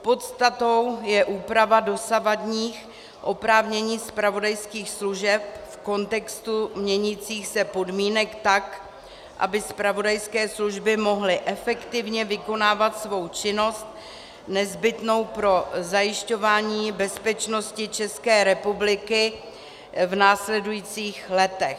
Podstatou je úprava dosavadních oprávnění zpravodajských služeb v kontextu měnících se podmínek tak, aby zpravodajské služby mohly efektivně vykonávat svou činnost nezbytnou pro zajišťování bezpečnosti České republiky v následujících letech.